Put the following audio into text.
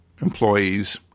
employees